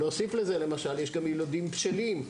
יש גם ילדים בשלים,